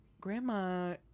grandma